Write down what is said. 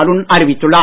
அருண் அறிவித்துள்ளார்